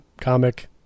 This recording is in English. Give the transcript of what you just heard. comic